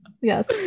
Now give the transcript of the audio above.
Yes